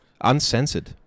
Uncensored